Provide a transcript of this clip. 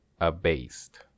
Abased